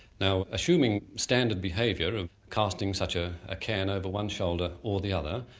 now assuming standard behaviour of casting such a ah can over one shoulder, or the other,